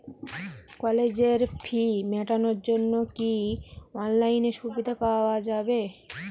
কলেজের ফি মেটানোর জন্য কি অনলাইনে সুবিধা পাওয়া যাবে?